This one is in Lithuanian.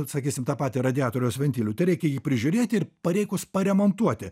sakysim tą patį radiatoriaus ventilių tai reikia jį prižiūrėt ir pareikus paremontuoti